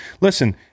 Listen